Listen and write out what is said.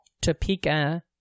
Topeka